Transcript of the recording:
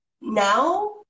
now